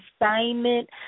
assignment